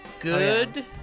good